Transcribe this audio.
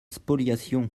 spoliation